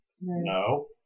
No